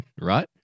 right